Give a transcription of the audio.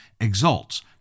Exults